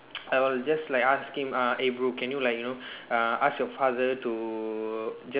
I will just like ask him uh eh bro can you like you know uh ask your father to ju~